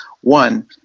One